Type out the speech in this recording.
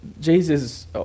Jesus